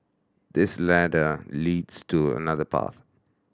this ladder leads to another path